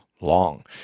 long